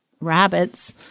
rabbits